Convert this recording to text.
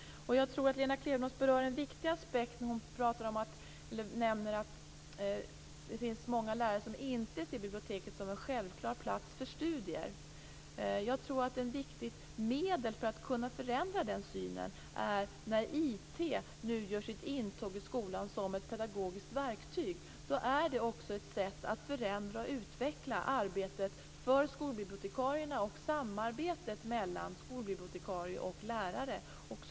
Lena Klevenås berör en viktig aspekt när hon nämner att det finns många lärare som inte ser biblioteken som en självklar plats för studier. Ett viktigt medel för att kunna förändra den synen är att IT nu gör sitt intåg i skolan som ett pedagogiskt verktyg. Det blir också ett sätt att förändra och utveckla arbetet för skolbibliotekarierna och samarbetet mellan dem och lärarna.